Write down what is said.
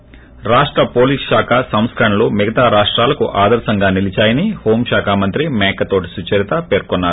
ి రాష్ట పోలీస్ శాఖ సంస్కరణలు మిగతా రాష్టాలకు ఆదర్శంగా నిలీచాయని హోం శాఖ మంత్రి మేకతోటి సుచరిత పేర్కొన్నారు